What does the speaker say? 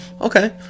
Okay